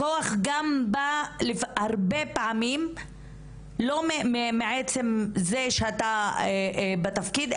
הכוח בא הרבה פעמים לא מעצם זה שאתה בתפקיד,